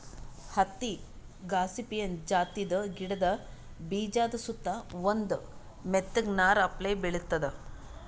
ಹತ್ತಿ ಗಾಸಿಪಿಯನ್ ಜಾತಿದ್ ಗಿಡದ ಬೀಜಾದ ಸುತ್ತಾ ಒಂದ್ ಮೆತ್ತಗ್ ನಾರ್ ಅಪ್ಲೆ ಬೆಳಿತದ್